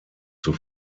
zur